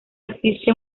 existe